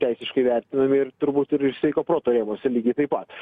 teisiškai vertinami ir turbūt ir sveiko proto rėmuose lygiai taip pat